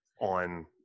on